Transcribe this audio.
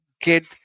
get